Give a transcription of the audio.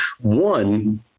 one